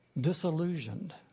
Disillusioned